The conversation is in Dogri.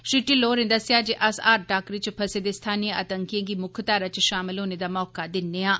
श्री डिल्लो होरें दस्सेआ जे अस हर टाकरे च फसे दे स्थानीय आतंकियें गी मुक्ख धारा च शामल होने दा मौका दिन्नेआं